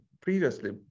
previously